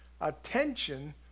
attention